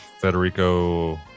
Federico